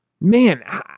man